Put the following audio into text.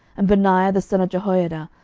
and benaiah the son of jehoiada,